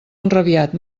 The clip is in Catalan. enrabiat